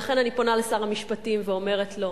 ולכן אני פונה לשר המשפטים ואומרת לו: